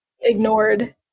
ignored